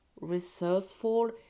resourceful